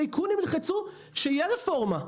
הטייקונים ילחצו שתהיה רפורמה.